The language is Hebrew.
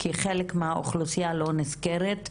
כי חלק מהאוכלוסייה לא נזכרת,